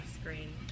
screen